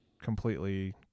completely